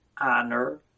honor